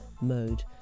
mode